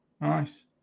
nice